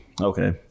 Okay